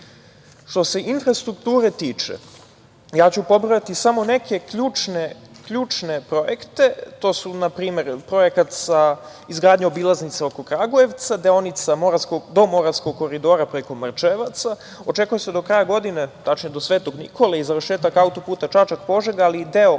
se infrastrukture tiče, ja ću pobrojati samo neke ključne projekte. To su na primer projekat izgradnja obilaznice oko Kragujevca, deonica do Moravskog koridora preko Mrčajevaca. Očekuje se do kraja godine, tačnije do sv. Nikole i završetak autoputa Čačak – Požega, ali i deo